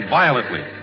violently